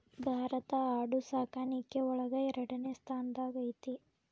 ಭಾರತಾ ಆಡು ಸಾಕಾಣಿಕೆ ಒಳಗ ಎರಡನೆ ಸ್ತಾನದಾಗ ಐತಿ